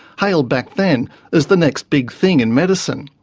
hailed back then as the next big thing in medicine.